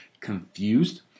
confused